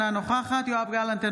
אינה נוכחת יואב גלנט,